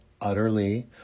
utterly